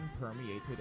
permeated